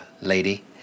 lady